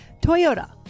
toyota